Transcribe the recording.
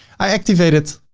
i activate it.